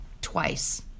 twice